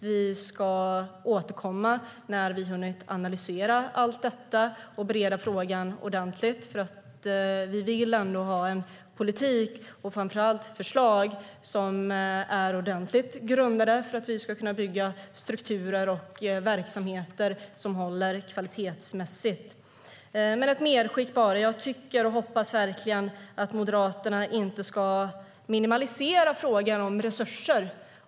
Vi ska återkomma när vi hunnit analysera allt detta och bereda frågan ordentligt, för vi vill ha en politik och framför allt förslag som är ordentligt grundade för att vi ska kunna bygga strukturer och verksamheter som håller kvalitetsmässigt. Ett medskick, bara: Jag tycker och hoppas verkligen att Moderaterna inte ska minimalisera frågan om resurser.